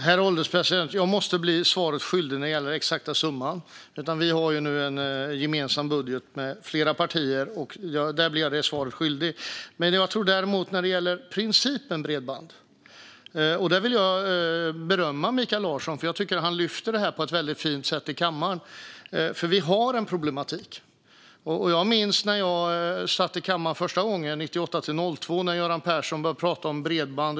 Herr ålderspresident! Jag måste bli svaret skyldig när det gäller den exakta summan. Vi har ju nu en gemensam budget med flera partier, så jag blir det svaret skyldig. När det gäller principen om bredband har vi en problematik. Där vill jag berömma Mikael Larsson, för jag tycker att han lyfter fram det här i kammaren på ett väldigt fint sätt. Jag minns när jag satt i kammaren första gången, 1998-2002, när Göran Persson började prata om bredband.